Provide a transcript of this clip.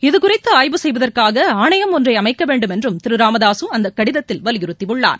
இதுகுறித்துஆய்வு செய்வதற்காகஆணையம் ஒன்றைஅமைக்கவேண்டும் என்றும் திருராமதாசுஅந்தகடிதத்தில் வலியுறுத்தியுள்ளார்